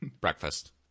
breakfast